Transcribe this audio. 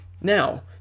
Now